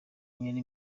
mignone